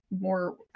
more